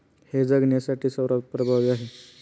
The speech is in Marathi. हे जगण्यासाठी सर्वात प्रभावी आहे